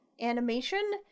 animation